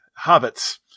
hobbits